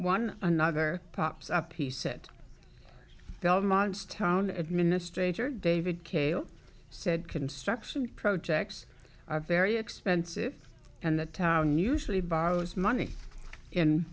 one another pops up he said belmont's town administrator david kay said construction projects are very expensive and the town usually borrows money in